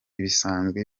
bisanzwe